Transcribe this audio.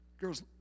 girls